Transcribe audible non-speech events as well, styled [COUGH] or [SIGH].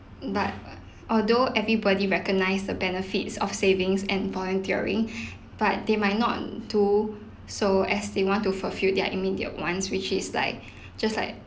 but although everybody recognise the benefits of savings and volunteering but they might not do so as they want to fulfill their immediate wants which is like [BREATH] just like